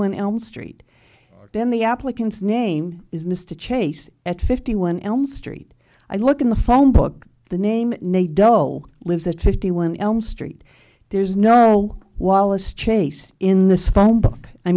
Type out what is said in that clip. one elm street then the applicant's name is mr chase at fifty one elm street i look in the phone book the name ne del lives at fifty one elm street there's no wallace chase in this phone book i